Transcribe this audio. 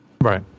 Right